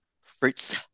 Fruits